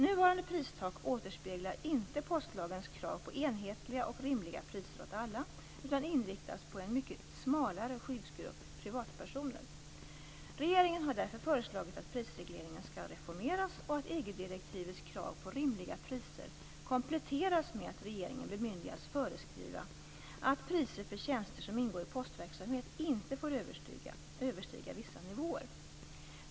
Nuvarande pristak återspeglar inte postlagens krav på enhetliga och rimliga priser åt alla, utan inriktas på en mycket smalare skyddsgrupp - "privatpersoner". Regeringen har därför föreslagit att prisregleringen skall reformeras och att EG-direktivets krav på rimliga priser kompletteras med att regeringen bemyndigas föreskriva att priser för tjänster som ingår i postverksamhet inte får överstiga vissa nivåer.